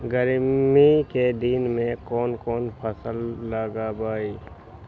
गर्मी के दिन में कौन कौन फसल लगबई?